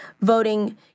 voting